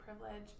privilege